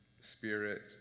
spirit